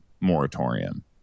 moratorium